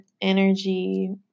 energy